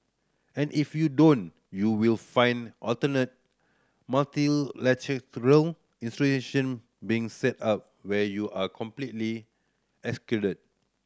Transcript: and if you don't you will find alternate multilateral grow institution being set up where you are completely excluded